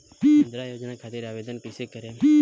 मुद्रा योजना खातिर आवेदन कईसे करेम?